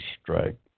strike